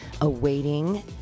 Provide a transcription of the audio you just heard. awaiting